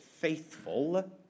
faithful